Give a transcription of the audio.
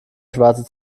schwarze